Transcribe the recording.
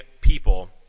people